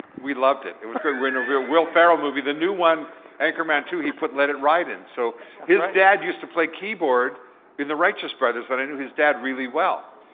we loved it, it was good. we're in a will ferrell movie. the new one anchorman two he put let it ride in. so his dad used to play keyboard in the righteous brothers but i knew his dad really well.